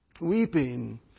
weeping